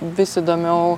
vis įdomiau